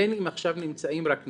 בין אם עכשיו נמצאים רק נכדים,